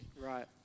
Right